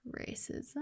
racism